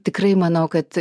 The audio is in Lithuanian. tikrai manau kad